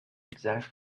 exact